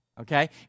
Okay